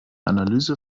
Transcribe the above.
analyse